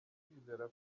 kwizera